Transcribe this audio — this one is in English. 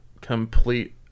complete